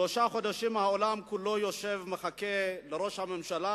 שלושה חודשים העולם כולו יושב ומחכה לראש הממשלה,